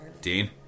Dean